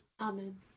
Amen